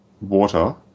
water